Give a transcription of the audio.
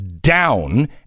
down